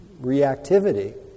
reactivity